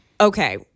Okay